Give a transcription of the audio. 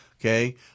okay